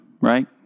right